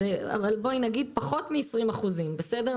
אבל בואי נגיד פחות 20%, בסדר?